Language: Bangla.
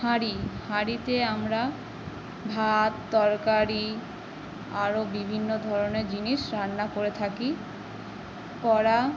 হাঁড়ি হাঁড়িতে আমরা ভাত তরকারি আরও বিভিন্ন ধরনের জিনিস রান্না করে থাকি কড়া